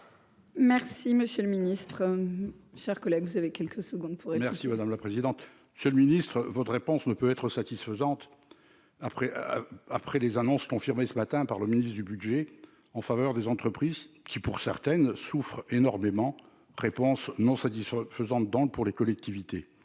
Merci, monsieur le Ministre, chers collègues, vous avez quelques secondes. Merci madame la présidente, seul ministre, votre réponse ne peut être satisfaisante après après les annonces confirmée ce matin par le ministre du Budget, en faveur des entreprises qui, pour certaines souffrent énormément, réponse : non, ça dix faisant donc pour les collectivités,